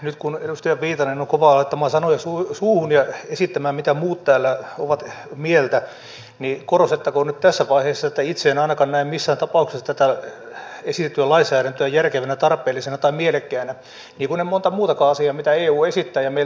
nyt kun edustaja viitanen on kova laittamaan sanoja suuhun ja esittämään mitä muut täällä ovat mieltä niin korostettakoon nyt tässä vaiheessa että itse en ainakaan näe missään tapauksessa tätä esitettyä lainsäädäntöä järkevänä tarpeellisena tai mielekkäänä niin kuin en montaa muutakaan asiaa mitä eu esittää ja meiltä vaatii